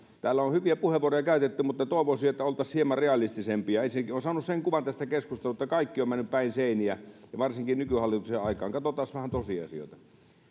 täällä on hyviä puheenvuoroja käytetty mutta toivoisin että oltaisiin hieman realistisempia ensinnäkin olen saanut sen kuvan tästä keskustelusta että kaikki on mennyt päin seiniä ja varsinkin nykyhallituksen aikana katsotaanpas vähän tosiasioita